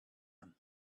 him